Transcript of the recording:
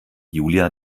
julia